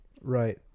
Right